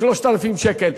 3,000 שקלים.